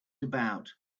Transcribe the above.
about